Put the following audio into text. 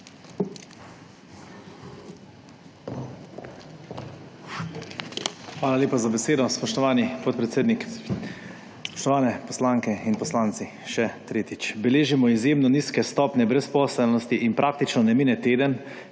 Hvala lepa za besedo, spoštovani podpredsednik, spoštovane poslanke in poslanci, še tretjič. Beležimo izjemno nizke stopnje brezposelnosti in praktično ne mine teden,